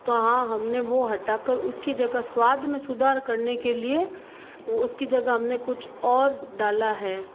तो हाँ हमने वो हटाकर उसकी जगह स्वाद में सुधार करने के लिए उसकी जगह हमने कुछ और डाला है